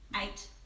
eight